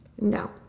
No